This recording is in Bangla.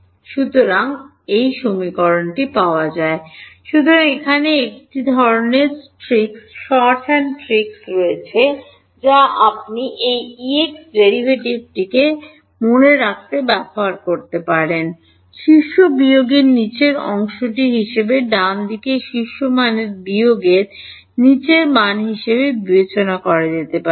সুতরাং সুতরাং এখানে একটি ধরণের ট্রিক্ট শর্ট হ্যান্ড ট্রিক রয়েছে যা আপনি এই Ex ডেরাইভেটিভটিকে মনে রাখতে ব্যবহার করতে পারেন শীর্ষ বিয়োগের নীচের অংশ হিসাবে ডানদিকে শীর্ষের মান বিয়োগের নীচের মান হিসাবে বিবেচনা করা যেতে পারে